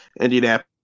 Indianapolis